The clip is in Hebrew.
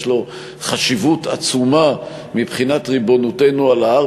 יש לו חשיבות עצומה מבחינת ריבונותנו על ההר,